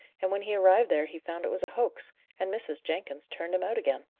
and when he arrived there he found it was a hoax, and mrs. jenkins turned him out again.